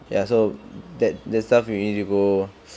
ya so that that stuff you need to go